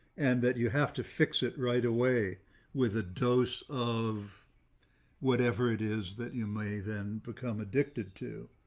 and that you have to fix it right away with a dose of whatever it is that you may then become addicted to.